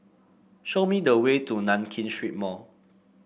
show me the way to Nankin Street Mall